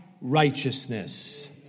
righteousness